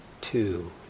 two